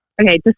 okay